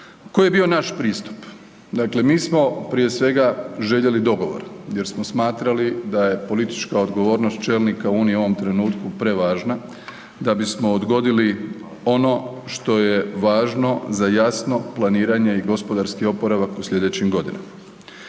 Koji je bio naš pristup? Dakle, mi smo prije svega željeli dogovor jer smo smatrali da je politička odgovornost čelnika Unije u ovom trenutku prevažna da bismo odgodili ono što je važno za jasno planiranje i gospodarski oporavak u sljedećim godinama.